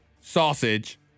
sausage